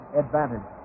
advantage